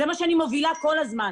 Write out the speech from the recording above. זה מה שאני מובילה כל הזמן.